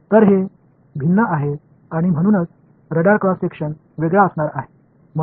எனவே அவை வேறுபட்டவை எனவே ரேடார் குறுக்குவெட்டு வேறுபட்டதாக இருக்கும்